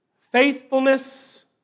faithfulness